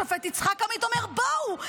השופט יצחק עמית אומר: בואו,